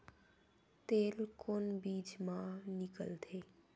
तेल कोन बीज मा निकलथे?